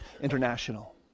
International